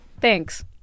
thanks